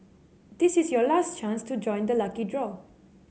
this is your last chance to join the lucky draw